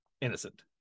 innocent